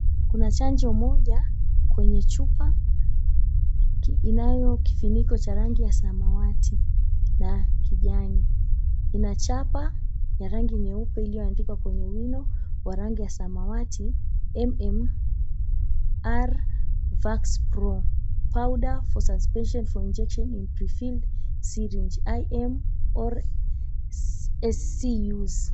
Kuna chanjo moja kwenye chupa inayo kifiniko cha rangi ya samawati na kijani ina chapa ya rangi nyeupe ilioandikwa kwenye wino wa rangi ya samawati, MMR Vax Pro Powder for Suspension for Injenction in Pre-filled Syringe IM or SC Use.